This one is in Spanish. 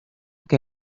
que